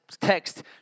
text